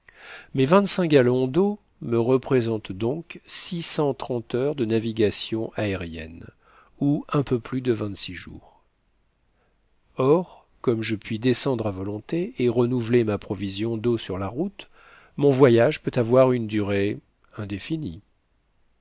mes vingt-cinq gallons d'eau me représentent donc six cent trente heures de navigation aérienne ou un peu plus de vingt-six jours or comme je puis descendre à volonté et renouveler ma provision d'eau sur la route mon voyage peut avoir une durée indéfinie